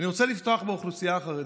אני רוצה לפתוח באוכלוסייה החרדית,